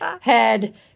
head